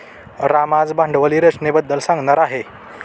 राम आज भांडवली रचनेबद्दल सांगणार आहे